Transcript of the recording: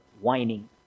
whining